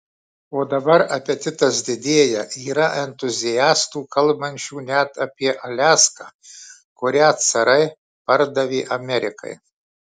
o dabar apetitas didėja yra entuziastų kalbančių net apie aliaską kurią carai pardavė amerikai